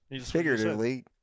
figuratively